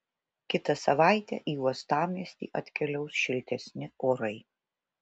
kitą savaitę į uostamiestį atkeliaus šiltesni orai